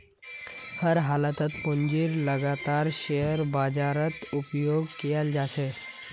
हर हालतत पूंजीर लागतक शेयर बाजारत उपयोग कियाल जा छे